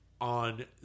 on